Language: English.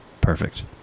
perfect